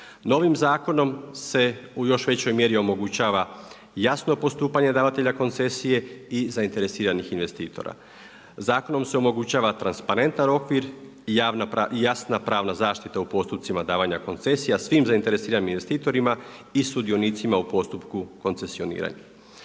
Novim zakonom se u još većoj mjeri omogućava jasno postupanje davatelja koncesije i zainteresiranih investitora. zakonom se omogućava transparentan okvir i jasna pravna zaštita u postotcima davanja koncesija svim zainteresiranim investitorima i sudionicima u postupku koncesioniranja.